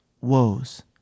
woes